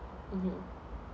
mmhmm